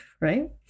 Right